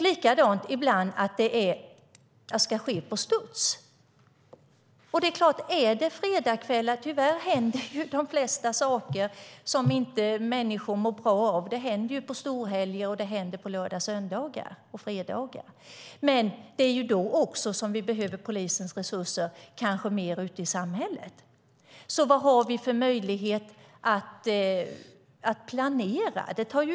Likadant är det med att det ibland ska ske på studs. Tyvärr händer de flesta saker som människor inte mår bra av på storhelger, på lördagar och söndagar och på fredagar. Men det är också då som vi kanske behöver polisens resurser mer ute i samhället. Vad har vi för möjlighet att planera?